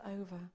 over